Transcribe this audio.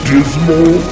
Dismal